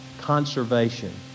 conservation